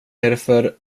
därför